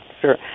sure